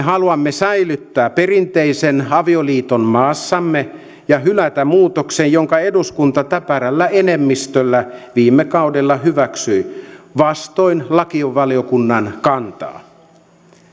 haluamme säilyttää perinteisen avioliiton maassamme ja hylätä muutoksen jonka eduskunta täpärällä enemmistöllä viime kaudella hyväksyi vastoin lakivaliokunnan kantaa